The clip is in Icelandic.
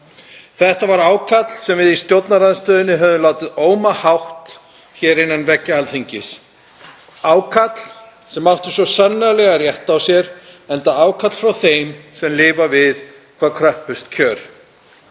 Það var ákall sem við í stjórnarandstöðunni höfum látið óma hátt hér innan veggja Alþingis; ákall sem átti svo sannarlega rétt á sér enda ákall frá þeim sem lifa við hvað kröppust kjör;